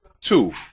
two